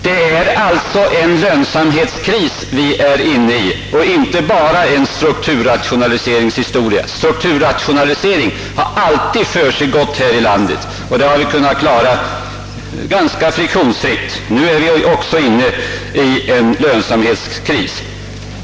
Det är alltså en lönsamhetskris vi är inne i och inte bara en strukturrationaliseringsprocess. Strukturrationalisering har alltid försiggått här i landet, och den har vi kunnat klara ganska friktionsfritt. Nu befinner vi oss även i en lönsamhetskris.